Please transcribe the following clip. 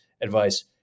advice